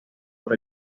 por